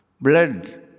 Blood